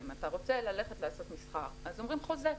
אם אתה רוצה לעשות מסחר אז אומרים: חוזה.